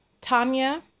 Tanya